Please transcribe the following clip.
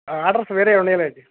orders వేరేవి ఉన్నాయి లేండి